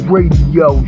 Radio